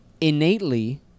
innately